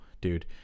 dude